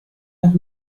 auch